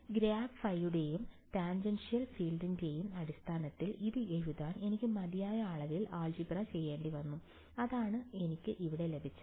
grad ഫൈയുടെയും tangential ഫീൽഡിന്റെയും അടിസ്ഥാനത്തിൽ ഇത് എഴുതാൻ എനിക്ക് മതിയായ അളവിൽ ആൾജിബ്ര ചെയ്യേണ്ടിവന്നു അതാണ് എനിക്ക് ഇവിടെ ലഭിച്ചത്